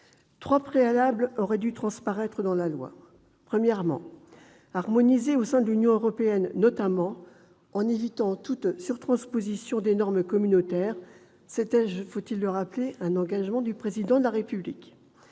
Trois préalables auraient dû transparaître dans la loi : harmoniser, notamment au sein de l'Union européenne, en évitant toute surtransposition des normes communautaires- c'était, faut-il le rappeler, un engagement du Président de la République